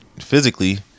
physically